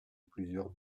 plusieurs